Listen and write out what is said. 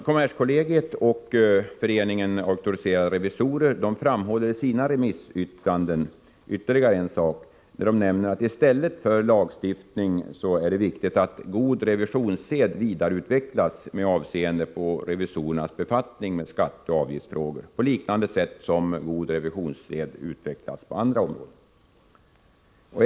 Kommerskollegiet och Föreningen Auktoriserade revisorer framhåller i sina remissyttranden ytterligare en sak, nämligen att det i stället för lagstiftning är viktigt att god revisionssed vidareutvecklas med avseende på revisorernas befattning med skatteoch avgiftsfrågor på liknande sätt som god revisionssed utvecklas på andra områden.